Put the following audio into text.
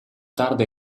tarda